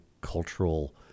cultural